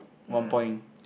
one point